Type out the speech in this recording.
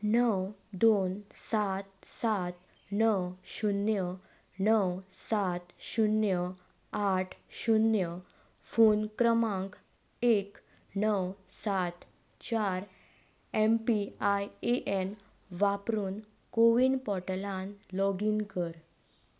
णव दोन सात सात णव शुन्य णव सात शुन्य आठ शुन्य फोन क्रमांक एक णव सात चार M P I A N वापरून कोविन पोर्टलांत लॉगीन कर